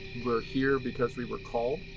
we're here because we were called,